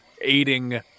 aiding